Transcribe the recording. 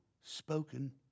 spoken